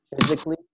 physically